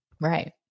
right